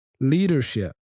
leadership